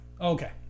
okay